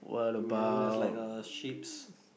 and then there's like a sheep's